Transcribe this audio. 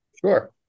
Sure